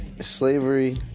slavery